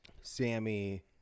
Sammy